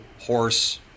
horse